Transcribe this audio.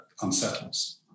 unsettles